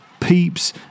peeps